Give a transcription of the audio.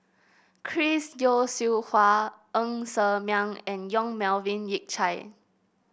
Chris Yeo Siew Hua Ng Ser Miang and Yong Melvin Yik Chye